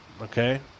Okay